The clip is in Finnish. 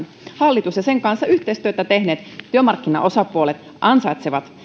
hallitus ja sen kanssa yhteistyötä tehneet työmarkkinaosapuolet ansaitsevat